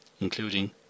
including